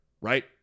right